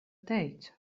teicu